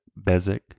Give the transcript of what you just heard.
Bezek